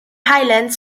highlands